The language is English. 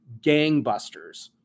gangbusters